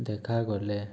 ଦେଖା ଗଲେ